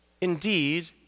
indeed